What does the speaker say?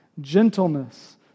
gentleness